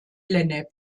lennep